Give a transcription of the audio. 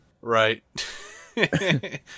Right